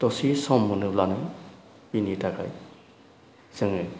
दसे सम मोनोब्लानो बिनि थाखाय जोङो